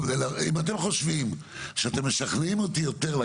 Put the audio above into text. אם אתם חושבים שאתם משכנעים אותי יותר.